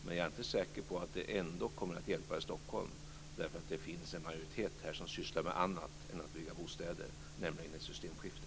Men jag är inte säker på att det kommer att hjälpa i Stockholm, eftersom det finns en majoritet här som sysslar med annat än att bygga bostäder, nämligen ett systemskifte.